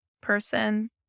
person